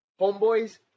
homeboys